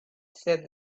said